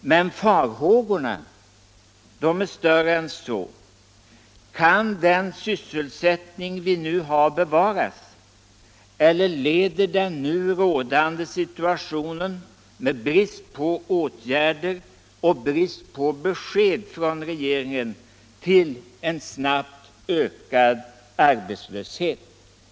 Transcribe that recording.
Men farhågorna är större än så. Kan den sysselsältning vi nu har bevaras, eller leder den rådande situationen med brist på åtgärder och brist på besked från regeringen till en snabbt ökad arbetslöshet?